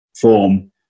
form